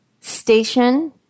station